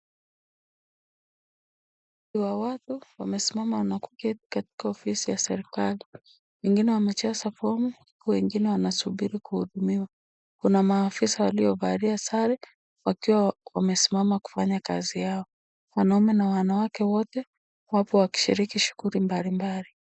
Umati wa watu wamesimama na kuketi katika ofisi ya serikali. Wengine wamejaza fomu, wengine wanasubiri kuhudumiwa. Kuna maafisa waliovalia sare wakiwa wamesimama kufanya kazi yao. Wanaume na wanawake wote wapo wakishiriki shughuli mbalimbali.